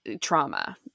trauma